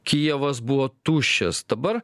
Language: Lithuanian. kijevas buvo tuščias dabar